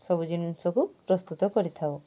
ସବୁ ଜିନିଷକୁ ପ୍ରସ୍ତୁତ କରିଥାଉ